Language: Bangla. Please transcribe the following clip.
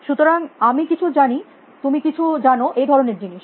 সুতরাং আমি কিছু জানি তুমি কিছু জানো এই ধরনের জিনিস